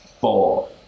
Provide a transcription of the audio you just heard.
four